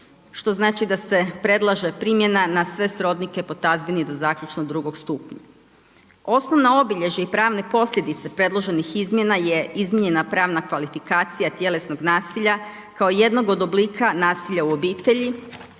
što znači da se predlaže primjena na sve srodnike po tazbini do zaključno drugog stupnja. Osnovna obilježja i pravne posljedice predloženih izmjena je izmjena prava kvalifikacija tjelesnog nasilja kao jednog od oblika nasilja u obitelji